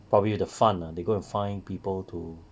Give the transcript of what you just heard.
probably the fund they go and find people to